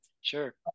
Sure